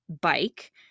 bike